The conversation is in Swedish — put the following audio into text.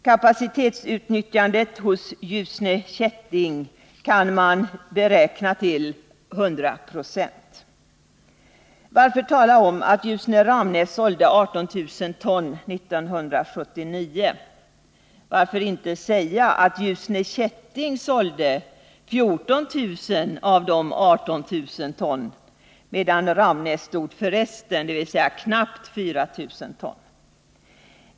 Kapacitetsutnyttjandet hos Ljusne Kätting kan beräknas till 100 26. Varför tala om att Ljusne-Ramnäs sålde 18 000 ton 1979? Varför inte säga att Ljusne Kätting sålde 14 000 av dessa 18 000 ton, medan Ramnäs stod för resten, dvs. knappt 4 000 ton?